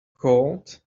cold